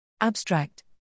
abstract